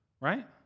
right